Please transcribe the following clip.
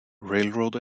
railroad